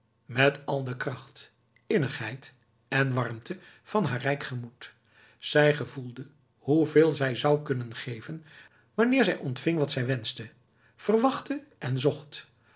met al de kracht innigheid en warmte van haar rijk gemoed zij gevoelde hoeveel zij zou kunnen geven wanneer zij ontving wat zij wenschte verwachtte en zocht